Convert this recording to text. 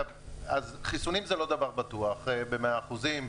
חיסונים זה לא דבר בטוח במאת האחוזים,